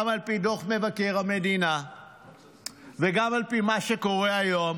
גם על פי דוח מבקר המדינה וגם על פי מה שקורה היום,